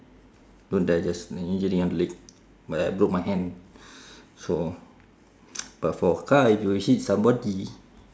don't die just an injury on the leg but I broke my hand so but for car if you hit somebody